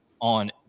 on